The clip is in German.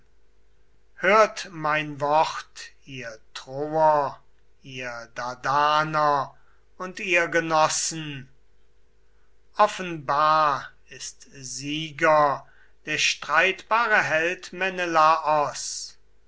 hört mein wort ihr troer ihr dardaner und ihr genossen offenbar ist sieger der streitbare held